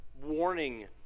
warning